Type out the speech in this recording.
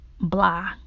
blah